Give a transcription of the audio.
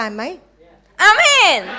Amen